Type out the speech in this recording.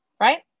Right